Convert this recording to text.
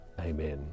Amen